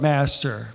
Master